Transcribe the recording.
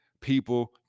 people